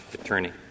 attorney